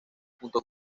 junto